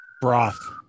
broth